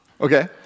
okay